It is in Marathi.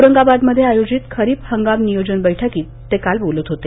औरंगाबादमध्ये आयोजित खरीप हंगाम नियोजन बैठकीत ते काल बोलत होते